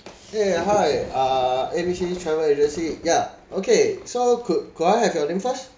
eh hi uh A B C travel agency yeah okay so could could I have your name first